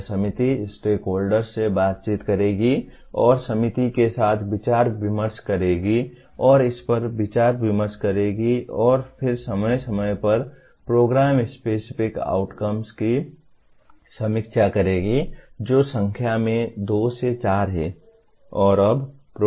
यह समिति स्टेकहोल्डर्स से बातचीत करेगी और समिति के साथ विचार विमर्श करेगी और इस पर विचार विमर्श करेगी और फिर समय समय पर प्रोग्राम स्पेसिफिक आउटकम की समीक्षा करेगी जो संख्या में दो से चार हैं